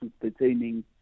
pertaining